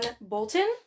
Bolton